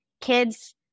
kids